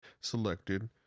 selected